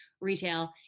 retail